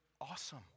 awesome